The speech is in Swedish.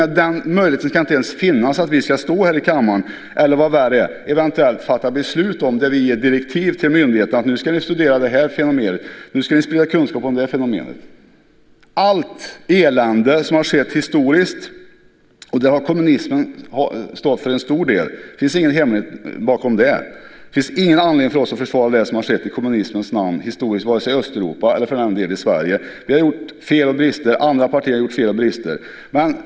Den möjligheten ska inte ens finnas att vi ska stå här i kammaren och tala om det, eller vad värre är eventuellt fatta beslut och ge direktiv till myndigheterna: Nu ska ni studera det här fenomenet, nu ska ni sprida kunskap om det här fenomenet. Det har skett elände historiskt. Där har kommunismen stått för en stor del. Det finns inget hemligt med det. Det finns ingen anledning för oss att försvara det som historiskt har skett i kommunismens namn vare sig i Östeuropa eller för den delen i Sverige. Vi har gjort fel och har haft brister. Andra partier har gjort fel och har haft brister.